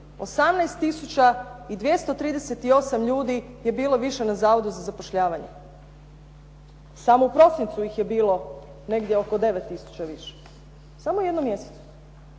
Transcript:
18 238 ljudi je bilo više na zavodu za zapošljavanje. Samo u prosincu ih je bilo negdje oko 9 000 više. Samo u jednom mjesecu.